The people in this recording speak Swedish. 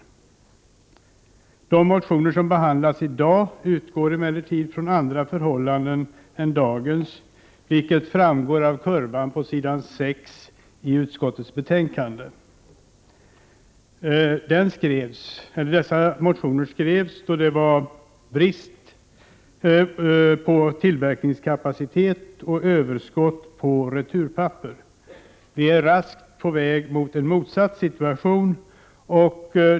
j De motioner som behandlas i dag baseras emellertid på andra förhållanden än dagens, vilket framgår av kurvan på s. 6 i utskottsbetänkandet. Motionerna skrevs då det var brister i fråga om tillverkningskapaciteten och överskott på returpapper. Vi är nu raskt på väg att hamna i den motsatta situationen.